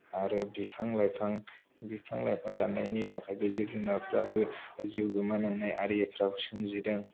आरो बिफां लाइफां बिफां लाइफां दान्नायनि थाखायबो जिब जुनारफ्राबो जिउ गोमानांनाय आरिफ्रा सोमजिदों